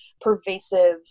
pervasive